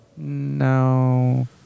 No